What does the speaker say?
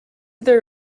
there